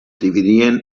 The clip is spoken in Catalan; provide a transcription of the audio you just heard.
dividien